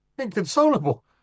Inconsolable